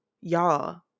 y'all